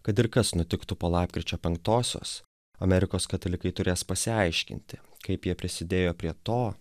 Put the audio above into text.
kad ir kas nutiktų po lapkričio penktosios amerikos katalikai turės pasiaiškinti kaip jie prisidėjo prie to